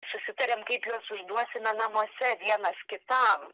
susitariam kaip juos užduosime namuose vienas kitam